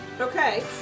Okay